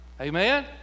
Amen